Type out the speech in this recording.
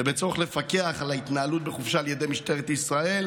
ובצורך לפקח על ההתנהלות בחופשה על ידי משטרת ישראל,